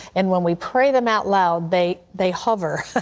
and when we pray them out loud, they they hover